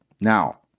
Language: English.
Now